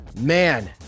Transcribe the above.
Man